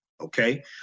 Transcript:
Okay